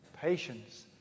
patience